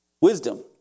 Wisdom